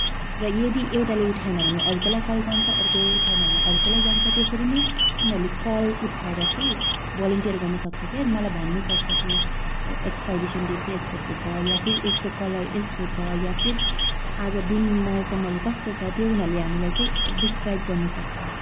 र यदि एउटाले उठाएन भने अर्कोलाई कल जान्छ अर्कोले उठाएन भने अर्कोलाई जान्छ त्यसरी नै उनीहरूले कल उठाएर चाहिँ भोलिन्टियर गर्न सक्छ क्या अनि मलाई भन्न सक्छ त्यो एक्सपाइरेसन डेट चाहिँ यस्तो यस्तो छ या फिर यसको कलर यस्तो छ या फिर आज दिन मौसमहरू कस्तो छ त्यो उनीहरूले हामीलाई चाहिँ डिस्क्राइब सक्छ